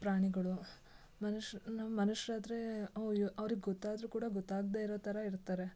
ಪ್ರಾಣಿಗಳು ಮನುಷ್ರು ನಾವು ಮನುಷ್ರು ಆದರೆ ಅವ್ರಿಗೆ ಗೊತ್ತಾದರೂ ಕೂಡ ಗೊತ್ತಾಗದೇ ಇರೋ ಥರ ಇರ್ತಾರೆ